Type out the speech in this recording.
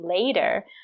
later